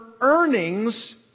earnings